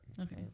okay